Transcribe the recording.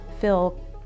feel